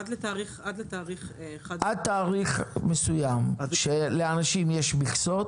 עד לתאריך --- עד תאריך מסוים שלאנשים יש מכסות.